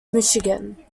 michigan